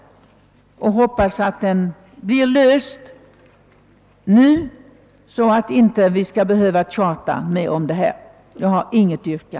Jag hoppas emellertid att den får en lösning nu så att vi skall slippa tjata mera om detta.